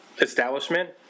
establishment